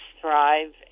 thrive